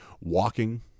walking